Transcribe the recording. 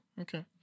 Okay